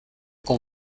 con